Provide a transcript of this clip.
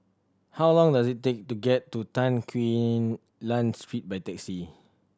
how long does it take to get to Tan Quee Lan Street by taxi